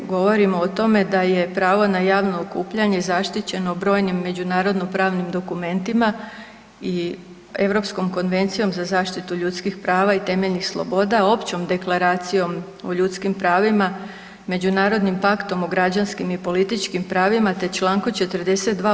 Govorimo o tome da je pravo na javno okupljanje zaštićeno brojnim međunarodno-pravnim dokumentima i Europskom konvencijom za zaštitu ljudskih prava i temeljnih sloboda, Općom deklaracijom o ljudskim pravima, Međunarodnim paktom o građanskim i političkim pravima, te člankom 42.